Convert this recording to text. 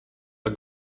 are